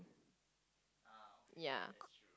ya